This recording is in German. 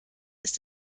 ist